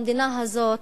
במדינה הזאת,